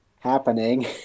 happening